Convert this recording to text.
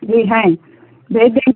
जी हैं भेज दें